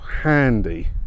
handy